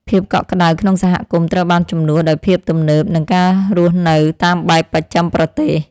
ភាពកក់ក្តៅក្នុងសហគមន៍ត្រូវបានជំនួសដោយភាពទំនើប និងការរស់នៅតាមបែបបច្ចឹមប្រទេស។